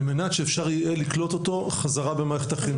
על מנת שאפשר יהיה לקלוט אותו בחזרה במערכת החינוך.